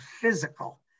physical